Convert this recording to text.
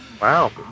Wow